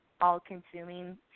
all-consuming